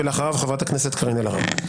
ואחריו חברת הכנסת קארין אלהרר.